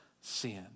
sin